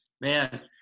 man